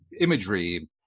imagery